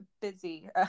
busy